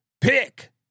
pick